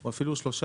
או אפילו שלושה,